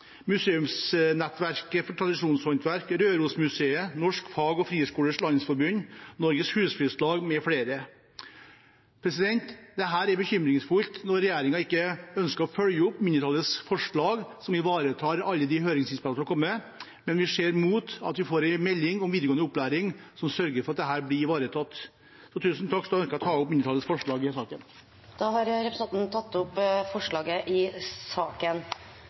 er bekymringsfullt når regjeringen ikke ønsker å følge opp mindretallets forslag, som ivaretar alle de høringsinnspillene som er kommet, men vi ser fram mot at vi får en melding om videregående opplæring som sørger for at dette blir ivaretatt. Da ønsker jeg å ta opp mindretallets forslag i saken. Representanten Jorodd Asphjell har tatt opp de forslagene han refererte til. I